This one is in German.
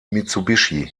mitsubishi